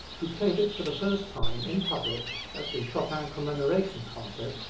who played it for the first time in public at the chopin commemoration concert,